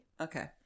okay